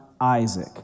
Isaac